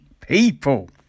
people